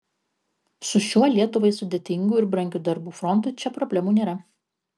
su šiuo lietuvai sudėtingu ir brangiu darbų frontu čia problemų nėra